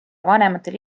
vanematele